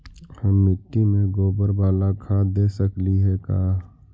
हम मिट्टी में गोबर बाला खाद दे सकली हे का?